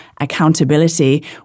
accountability